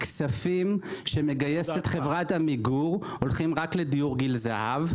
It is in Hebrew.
הכספים שמגייסת חברת עמיגור הולכים רק לדיור גיל הזהב.